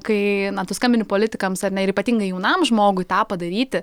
kai tu skambini politikams ar ne ir ypatingai jaunam žmogui tą padaryti